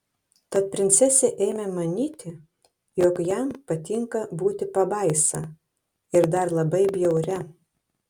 tad princesė ėmė manyti jog jam patinka būti pabaisa ir dar labai bjauria